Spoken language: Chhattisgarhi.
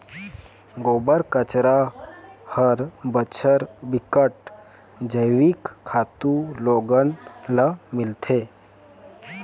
गोबर, कचरा हर बछर बिकट जइविक खातू लोगन ल मिलथे